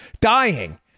Dying